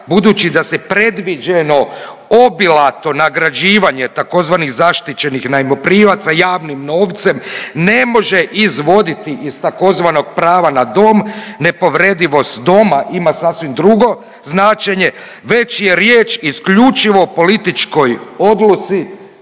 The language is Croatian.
budući da se predviđeno obilato nagrađivanje tzv. zaštićenih najmoprimaca javnim novcem ne može izvoditi iz tzv. prava na dom. Nepovredivost doma ima sasvim drugo značenje već je riječ isključivo o političkoj odluci